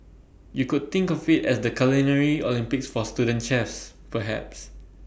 you could think of IT as the culinary Olympics for student chefs perhaps